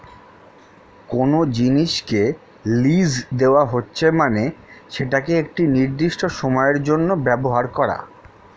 কোনো জিনিসকে লীজ দেওয়া হচ্ছে মানে সেটাকে একটি নির্দিষ্ট সময়ের জন্য ব্যবহার করা